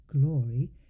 glory